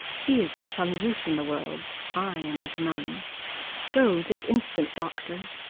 he is of some use in the world i am of none go this instant, doctor.